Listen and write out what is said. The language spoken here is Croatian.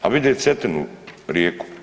A vidi Cetinu rijeku.